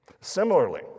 Similarly